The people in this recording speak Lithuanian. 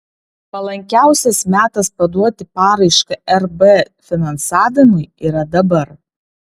palankiausias metas paduoti paraišką rb finansavimui yra dabar